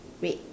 red